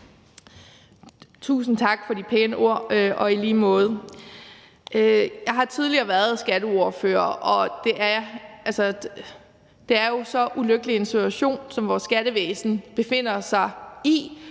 Tusind tak for de pæne ord – og i lige måde. Jeg har tidligere været skatteordfører, og det er jo så ulykkelig en situation, vores skattevæsen befinder sig i.